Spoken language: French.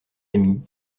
amis